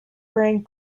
wearing